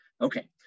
Okay